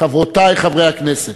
חברותי, חברי הכנסת,